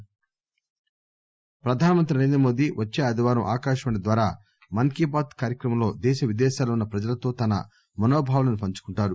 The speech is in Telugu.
పీఎం మన్ కీ బాత్ ప్రధానమంత్రి నరేంద్రమోదీ వచ్చే ఆదివారం ఆకాశవాణి ద్వారా మన్ కీ బాత్ కార్యక్రమంలో దేశ విదేశాల్లో ఉన్న ప్రజలతో తన మనోభావాలను పంచుకుంటారు